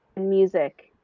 music